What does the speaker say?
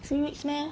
three weeks meh